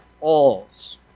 Alls